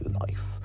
life